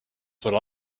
what